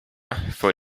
for